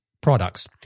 products